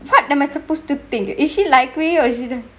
what am I supposed to think you actually library or accident